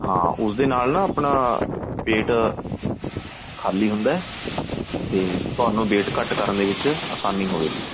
ਹਾਂ ਉਸ ਦੇ ਨਾਲ ਨਾ ਆਪਣਾ ਪੇਟ ਖਾਲੀ ਹੁੰਦਾ ਅਤੇ ਤੁਹਾਨੂੰ ਵੇਟ ਘੱਟ ਕਰਨ ਦੇ ਵਿੱਚ ਆਸਾਨੀ ਹੋਵੇਗੀ